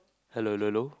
hello ~llo ~llo